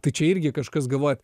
tai čia irgi kažkas galvoja